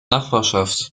nachbarschaft